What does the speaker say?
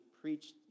preached